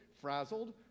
frazzled